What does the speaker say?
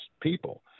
people